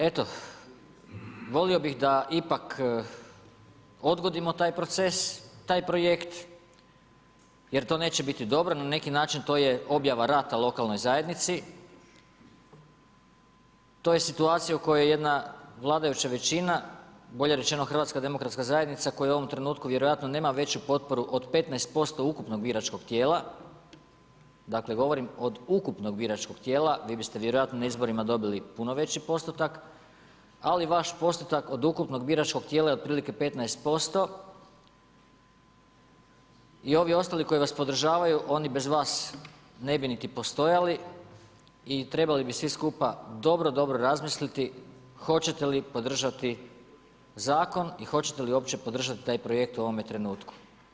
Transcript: Eto volio bih da ipak odgodimo taj proces, taj projekt, jer to neće biti dobro, na neki način to je objava rata lokalnoj zajednici, to je situacija u kojoj jedna vladajuća većina, bolje rečeno HDZ koja u ovom trenutku vjerojatno nema veću potporu od 15% ukupnog biračkog tijela, dakle govorim od ukupnog biračkog tijela, vi biste vjerojatno na izborima dobili puno veći postotak, ali vaš postotak od ukupnog biračkog tijela je otprilike 15%. i ovi ostali koji vas podržavaju, oni bez vas ne bi niti postojali i trebali bi svi skupa dobro, dobro razmisliti hoćete li podržati zakon i hoćete li uopće podržati taj projekt u ovome trenutku.